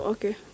Okay